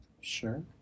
Sure